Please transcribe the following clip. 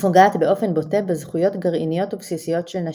ופוגעת באופן בוטה בזכויות גרעיניות ובסיסיות של נשים.